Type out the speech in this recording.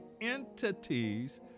entities